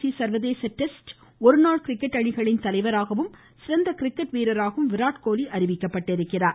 C சர்வதேச test ஒருநாள் cricket அணிகளின் தலைவராகவும் சிறந்த கிரிக்கெட் வீரராகவும் விராட்கோலி அறிவிக்கப்பட்டிருக்கிறார்